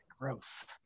gross